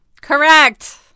Correct